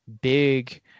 big